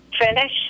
finish